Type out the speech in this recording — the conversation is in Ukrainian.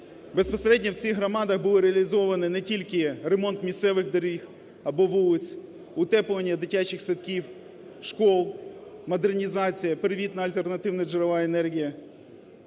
Безпосередньо в цих громадах були реалізовані не тільки ремонт місцевих доріг або вулиць, утеплення дитячих садків, шкіл, модернізація, перевід на альтернативні джерела енергії,